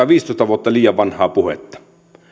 viisitoista vuotta liian vanhaa puhetta